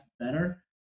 better